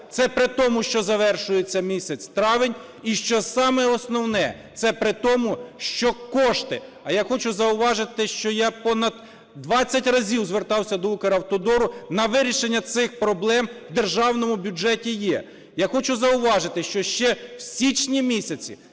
Це при тому, що завершується місяць травень і, що саме основне, це при тому, що кошти, а я хочу зауважити, що я понад 20 разів звертався до "Укравтодору", на вирішення цих проблем в державному бюджеті є. Я хочу зауважити, що ще в січні-місяці